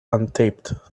untaped